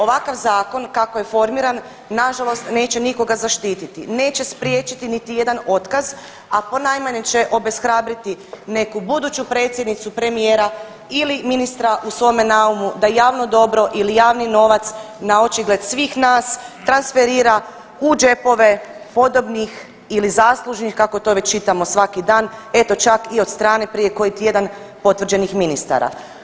Ovakav zakon kako je formiran na žalost neće nikoga zaštititi, neće spriječiti niti jedan otkaz, a ponajmanje će obeshrabriti neku buduću predsjednicu, premijera ili ministra u svome naumu da javno dobro ili javni novac na očigled svih nas transferira u džepove podobnih ili zaslužnih kako to već čitamo svaki dan, eto čak i od strane prije koji tjedan potvrđenih ministara.